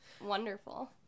wonderful